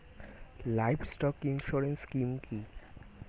Livestock insurance scheme কি?